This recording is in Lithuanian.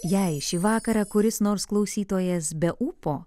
jei šį vakarą kuris nors klausytojas be ūpo